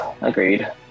Agreed